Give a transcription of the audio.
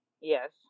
Yes